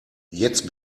jetzt